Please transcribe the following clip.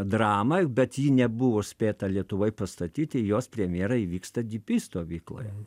dramą bet ji nebuvo spėta lietuvoj pastatyti jos premjera įvyksta dypy stovykloje